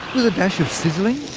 with a dash of sizzling,